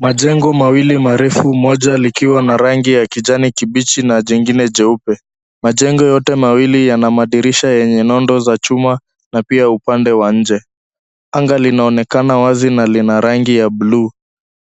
Majengo mawili marefu moja likiwa na rangi ya kijani kibichi na jingine jeupe. Majengo yote mawili yana madirisha yenye nondo za chuma na pia upande wa nje. Anga linaonekana wazi na lina rangi ya bluu.